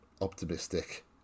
optimistic